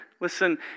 listen